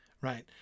right